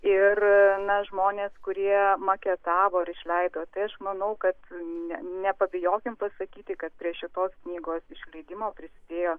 ir na žmonės kurie maketavo ir išleido tai aš manau kad ne nepabijokim pasakyti kad prie šitos knygos išleidimo prisidėjo